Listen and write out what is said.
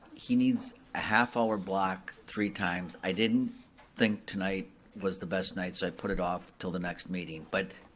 he needs a half-hour block three times, i didn't think tonight was the best night, so i put it off til the next meeting. but